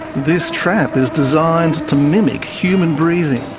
this trap is designed to mimic human breathing.